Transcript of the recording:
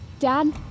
Dad